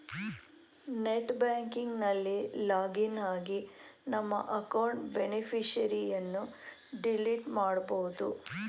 net banking ನಲ್ಲಿ login ಆಗಿ ನಮ್ಮ ಅಕೌಂಟ್ ಬೇನಿಫಿಷರಿಯನ್ನು ಡಿಲೀಟ್ ಮಾಡಬೋದು